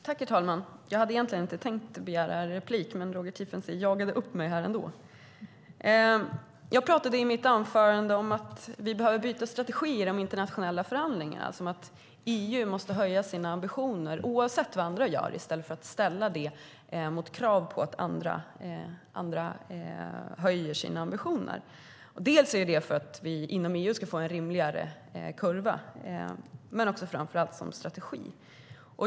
Herr talman! Jag hade egentligen inte tänkt begära replik, men Roger Tiefensee jagade upp mig. Jag talade i mitt anförande om att vi behöver byta strategi i de internationella förhandlingarna. EU måste höja sina ambitioner oavsett vad andra gör i stället för att sätta villkoret att också andra höjer sina ambitioner. Dels är det för att vi inom EU ska få en rimligare kurva, dels, och framför allt, är det en strategi.